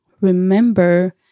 remember